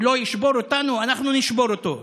הוא לא ישבור אותנו, אנחנו נשבור אותו.